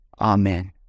Amen